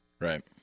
Right